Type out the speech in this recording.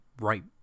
right